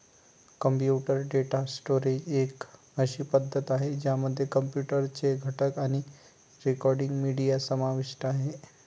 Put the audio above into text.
computer data storage एक अशी पद्धती आहे, ज्यामध्ये कॉम्प्युटर चे घटक आणि रेकॉर्डिंग, मीडिया समाविष्ट आहे